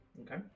Okay